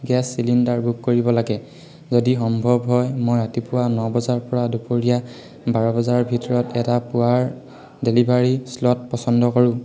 gas cylinder book কৰিব লাগে যদি সম্ভৱ হয় মই ৰাতিপুৱা ন বজাৰপৰা দুপৰীয়া বাৰবজাৰ ভিতৰত এটা পুৱাৰ ডেলিভাৰী শ্লট পচন্দ কৰোঁ